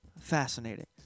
Fascinating